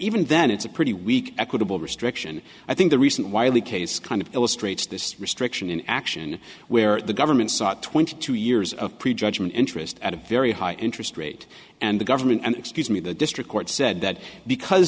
even then it's a pretty weak equitable restriction i think the recent wiley case kind of illustrates this restriction in action where the government sought twenty two years of prejudgment interest at a very high interest rate and the government and excuse me the district court said that because